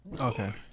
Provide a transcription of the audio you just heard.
Okay